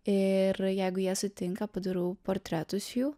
ir jeigu jie sutinka padarau portretus jų